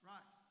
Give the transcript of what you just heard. Right